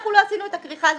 אנחנו לא עשינו את הכריכה הזאת.